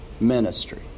ministry